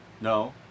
No